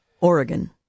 Oregon